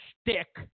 stick